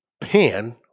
pan